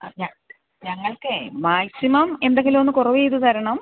ഞങ്ങൾക്കേ maximum എന്തെങ്കിലുമൊന്ന് കുറവ് ചെയ്ത് തരണം